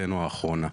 תקוותנו האחרונה.